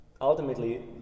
ultimately